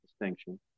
distinction